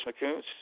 McCoon's